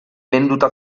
venduta